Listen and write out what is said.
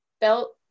felt